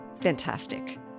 fantastic